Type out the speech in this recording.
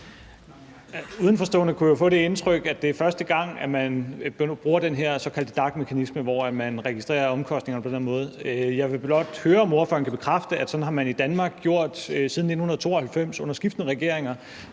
Udenforstående kunne jo få det indtryk, at det er første gang, at man bruger den her såkaldte DAC-mekanisme, hvor man registrerer omkostningerne på den måde. Jeg vil blot høre, om ordføreren kan bekræfte, at det har man under skiftende regeringer